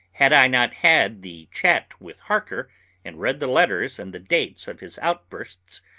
had i not had the chat with harker and read the letters and the dates of his outbursts,